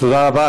תודה רבה.